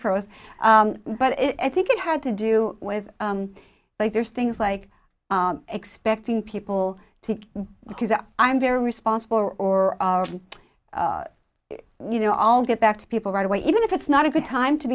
for us but i think it had to do with like there's things like expecting people to because i'm very responsible or you know all get back to people right away even if it's not a good time to